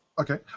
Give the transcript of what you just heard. okay